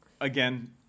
again